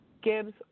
Gibbs